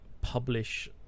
publish